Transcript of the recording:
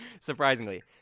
Surprisingly